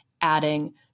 adding